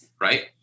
right